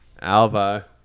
Alva